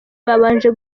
babanje